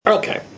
Okay